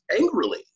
angrily